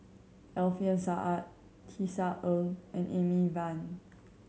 Alfian Sa'at Tisa Ng and Amy Van